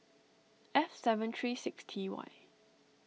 F seven three six T Y